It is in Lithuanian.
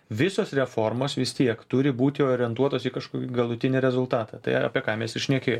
visos reformos vis tiek turi būti orientuotos į kažkokį galutinį rezultatą tai apie ką mes ir šnekėjom